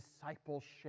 discipleship